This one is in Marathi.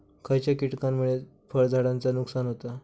खयच्या किटकांमुळे फळझाडांचा नुकसान होता?